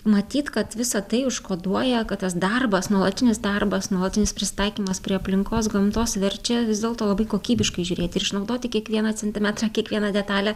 matyt kad visa tai užkoduoja kad tas darbas nuolatinis darbas nuolatinis prisitaikymas prie aplinkos gamtos verčia vis dėlto labai kokybiškai žiūrėti ir išnaudoti kiekvieną centimetrą kiekvieną detalę